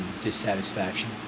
dissatisfaction